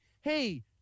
Hey